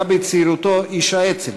היה בצעירותו איש האצ"ל.